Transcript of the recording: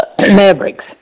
mavericks